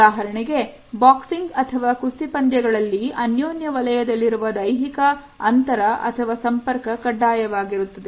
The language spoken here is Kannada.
ಉದಾಹರಣೆಗೆ ಬಾಕ್ಸಿಂಗ್ ಅಥವಾ ಕುಸ್ತಿ ಪಂದ್ಯಗಳಲ್ಲಿ ಅನ್ಯೋನ್ಯ ವಲಯದಲ್ಲಿರುವ ದೈಹಿಕ ಅಂತರ ಅಥವಾ ಸಂಪರ್ಕ ಕಡ್ಡಾಯವಾಗಿರುತ್ತದೆ